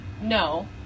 No